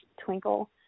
twinkle